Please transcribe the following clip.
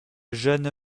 jeune